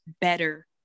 better